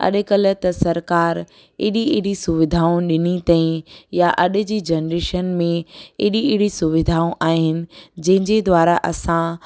अॼुकल्ह त सरकारु एॾी एॾी सुविधाऊं ॾिनी अथईं या अॼु जी जनरेशन में एॾी अहिड़ी सुविधाऊं आहिनि जंहिंजे द्वारा असां